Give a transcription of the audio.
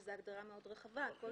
שזה הגדרה רחבה מאוד כל